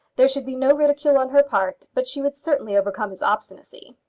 there should be no ridicule on her part, but she would certainly overcome his obstinacy.